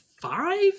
five